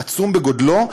עצום בגודלו,